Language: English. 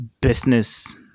business